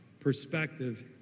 perspective